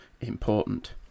important